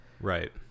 Right